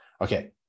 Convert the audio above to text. Okay